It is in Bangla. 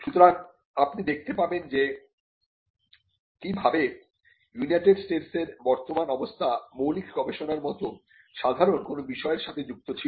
সুতরাং আপনি দেখতে পাবেন যে কিভাবে ইউনাইটেড স্টেটসের বর্তমান অবস্থা মৌলিক গবেষণার মত সাধারন কোন বিষয়ের সাথে যুক্ত ছিল